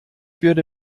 würde